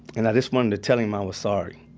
and i just wanted to tell him i was sorry,